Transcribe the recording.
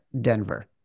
Denver